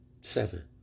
seven